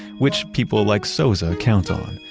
which people like sosa counts on.